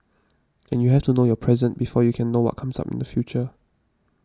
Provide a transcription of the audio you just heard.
and you have to know your present before you can know what comes up in the future